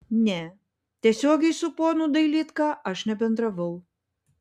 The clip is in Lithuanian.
ne tiesiogiai su ponu dailydka aš nebendravau